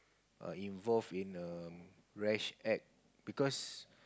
err involved in a rash act because